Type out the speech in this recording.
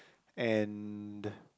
and